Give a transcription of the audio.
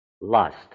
Lust